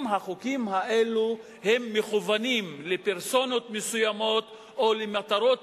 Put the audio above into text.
אם החוקים האלה מכוונים לפרסונות מסוימות או למטרות